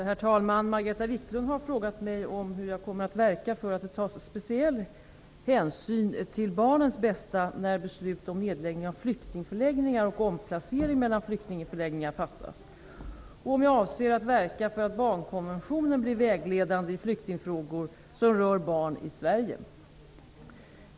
Herr talman! Margareta Viklund har frågat mig om hur jag kommer att verka för att det tas speciell hänsyn till barnens bästa när beslut om nedläggning av flyktingförläggningar och omplacering mellan flyktingförläggningar fattas, och om jag avser att verka för att barnkonventionen blir vägledande i flyktingfrågor som rör barn i Sverige.